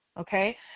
okay